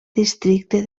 districte